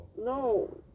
No